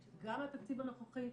גם לתקציב הנוכחי,